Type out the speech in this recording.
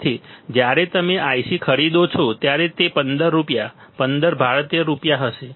તેથી જ્યારે તમે IC ખરીદો છો ત્યારે તે 15 ભારતીય રૂપિયા હશે